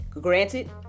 granted